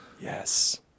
yes